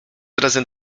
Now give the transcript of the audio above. zarazem